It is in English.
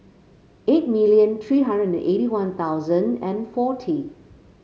eight million three hundred eighty One Thousand and forty